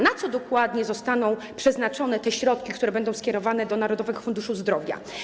Na co dokładnie zostaną przeznaczone te środki, które będą skierowane do Narodowego Funduszu Zdrowia?